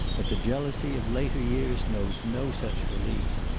but the jealousy of later years knows no such relief.